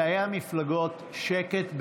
בתאי המפלגות שקט,